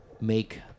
make